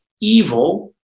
evil